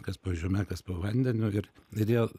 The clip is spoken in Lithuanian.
kas po žeme kas po vandeniu ir ir jie